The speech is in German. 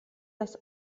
das